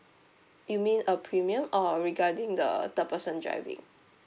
you mean uh premium or regarding the third person driving